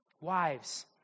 Wives